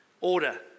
order